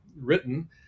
written